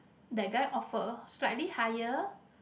that guy offer slightly higher